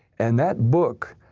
and that book,